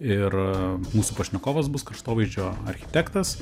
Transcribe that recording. ir mūsų pašnekovas bus kraštovaizdžio architektas